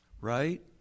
Right